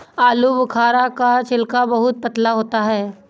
आलूबुखारा का छिलका बहुत पतला होता है